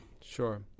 Sure